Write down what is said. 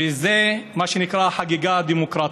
וזה, מה שנקרא, חגיגה דמוקרטית,